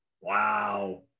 Wow